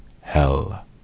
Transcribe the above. hell